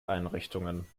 einrichtungen